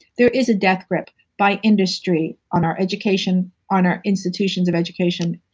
there is a death grip by industry on our education, on our institutions of education,